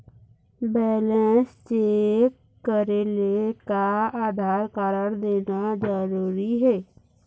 Balance check करेले का Aadhaar card देना जरूरी हे?